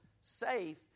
safe